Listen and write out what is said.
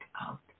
out